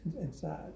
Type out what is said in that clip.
inside